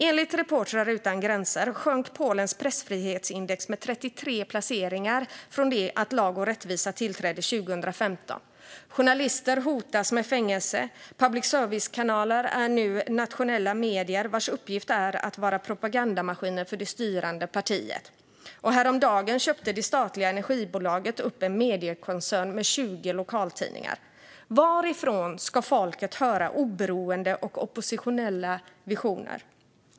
Enligt Reportrar utan gränser sjönk Polens pressfrihetsindex med 33 placeringar från det att Lag och rättvisa tillträdde 2015. Journalister hotas med fängelse, och public service-kanaler är nu nationella medier vars uppgift är att vara propagandamaskiner för det styrandet partiet. Häromdagen köpte det statliga energibolaget upp en mediekoncern med 20 lokaltidningar. Varifrån ska folket höra oberoende och oppositionella visioner?